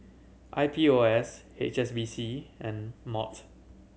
I P O S H S B C and MOT